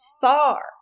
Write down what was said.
far